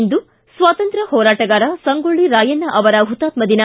ಇಂದು ಸ್ವಾತಂತ್ರ್ಯ ಹೋರಾಟಗಾರ ಸಂಗೊಳ್ಳ ರಾಯಣ್ಣ ಅವರ ಹುತಾತ್ಮ ದಿನ